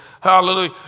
Hallelujah